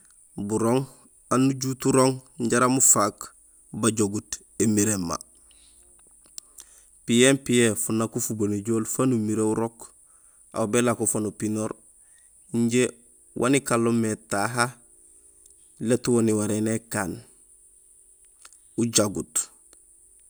Burooŋ aan ujut urooŋ jaraam ufaak bajogut émiréma; piyo piyohé, fanak ufubo néjool aw bélako fo nupinoor injé waan ikanlo mé taaha lét wo niwaréné ikaan, ujagut.